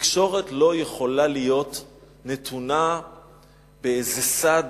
תקשורת לא יכולה להיות נתונה באיזה סד